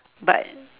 but